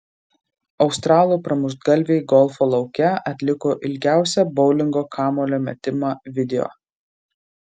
australų pramuštgalviai golfo lauke atliko ilgiausią boulingo kamuolio metimą video